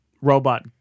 robot